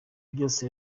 byose